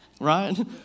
right